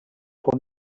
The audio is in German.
von